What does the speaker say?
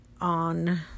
on